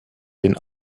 den